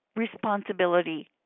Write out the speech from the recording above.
responsibility